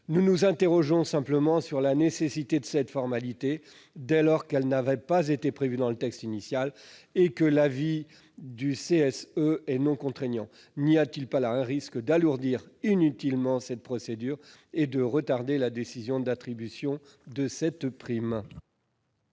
Nous nous interrogeons simplement sur la nécessité de cette formalité, dès lors qu'elle n'avait pas été prévue dans le texte initial et que l'avis du CSE est non contraignant. N'y a-t-il pas là un risque d'alourdir inutilement cette procédure et de retarder la décision d'attribution de cette prime ?